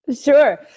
Sure